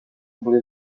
omplia